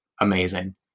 amazing